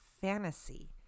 fantasy